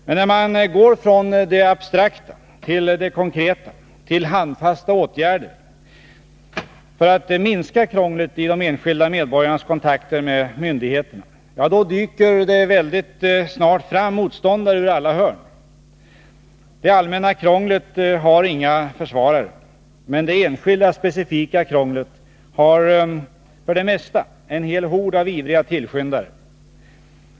Men när man går från det abstrakta till det konkreta, till handfasta åtgärder för att minska krånglet i de enskilda medborgarnas kontakter med myndigheterna, då dyker det väldigt snart fram motståndare ur alla hörn. Det allmänna krånglet har inga försvarare, men det enskilda specifika krånglet har för det mesta en hel hord av ivriga tillskyndare.